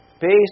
based